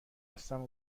هستم